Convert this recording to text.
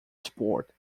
sport